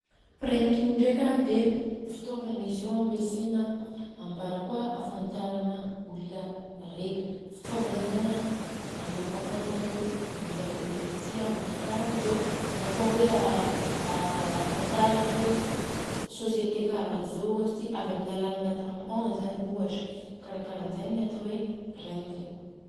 Printy io ndrekany an dia fitaoivana izy io ampiasaina a mbarakôa afantarana olona reka. Fitôvana zany an a mampafantatra hoe olona ty a olona karanzô, na kôa hoe a ahafantarana hoe société karanzô ohatra ty, avy amin'ny alalan'ny tampôgna zany ohatra, karakaranzany ny atô hoe printy.